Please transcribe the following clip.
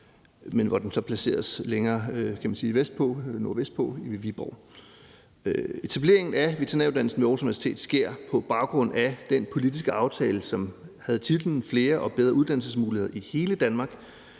og den placeres så længere nordvestpå, nemlig ved Viborg. Etableringen af veterinæruddannelsen ved Aarhus Universitet sker på baggrund af den politiske aftale, som havde titlen »Flere og bedre uddannelsesmuligheder i hele Danmark«